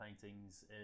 paintings